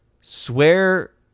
swear